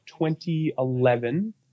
2011